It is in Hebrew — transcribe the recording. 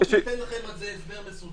אודי ייתן לכם על זה הסבר מסוים.